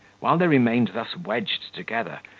while they remained thus wedged together,